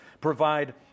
provide